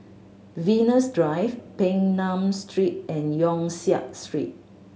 Venus Drive Peng Nguan Street and Yong Siak Street